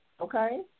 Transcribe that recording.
okay